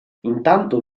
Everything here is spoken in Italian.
intanto